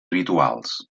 habituals